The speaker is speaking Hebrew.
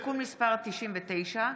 (תיקון מס' 99),